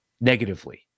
negatively